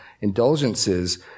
Indulgences